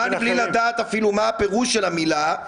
כמובן בלי לדעת אפילו מה הפירוש של המילה,